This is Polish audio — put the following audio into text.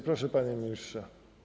Proszę, panie ministrze.